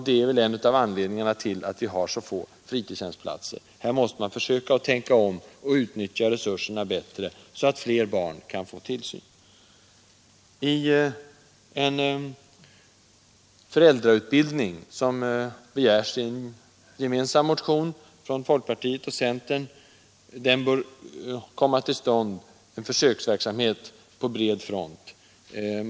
Det är väl en av anledningarna till att det finns så få fritidshemsplatser. Där måste man försöka tänka om och utnyttja resurserna bättre, så att fler barn kan få tillsyn. I fråga om den föräldrautbildning, som begärs i en gemensam motion från folkpartiet och centern, bör det komma till stånd en försöksverksamhet på bred front.